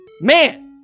man